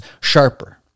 sharper